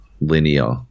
linear